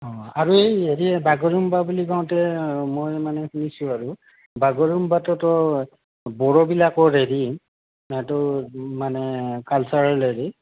আৰু এই হেৰি বাগৰুম্বা বুলি কওঁতে মই মানে শুনিছোঁ আৰু বাগৰুম্বাটোতো বড়োবিলাকৰ হেৰি সেইটো মানে কালচাৰেল হেৰি